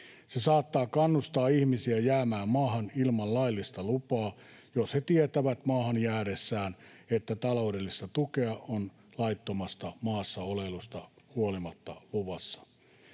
Se saattaa kannustaa ihmisiä jäämään maahan ilman laillista lupaa, jos he tietävät maahan jäädessään, että taloudellista tukea on laittomasta maassa oleilusta huolimatta luvassa.